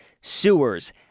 sewers